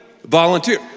volunteer